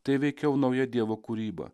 tai veikiau nauja dievo kūryba